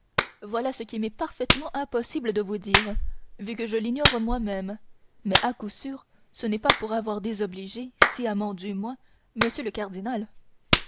voilà ce qu'il m'est parfaitement impossible de vous dire vu que je l'ignore moi-même mais à coup sûr ce n'est pas pour avoir désobligé sciemment du moins m le cardinal